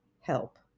help